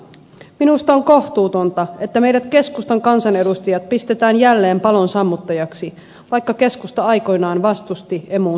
minusta on kohtuutonta että meidät keskustan kansanedustajat pistetään jälleen palon sammuttajaksi vaikka keskusta aikoinaan vastusti emuun siirtymistä